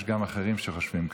יש גם אחרים שחושבים כך,